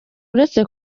uretse